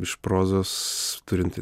iš prozos turint